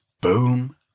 Boom